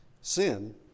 Sin